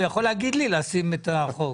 הוא יכול להגיד לי לחוקק את החוק.